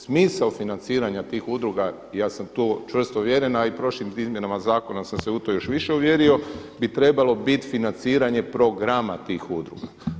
Smisao financiranja tih udruga, ja sam u to čvrsto uvjeren, a i prošlim izmjenama zakona sam se u to još više uvjerio bi trebalo biti financiranje programa tih udruga.